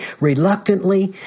reluctantly